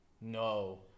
No